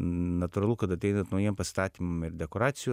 natūralu kad ateinant naujiem pastatymam ir dekoracijų